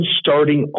starting